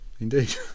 indeed